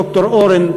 ד"ר אורן,